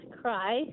cry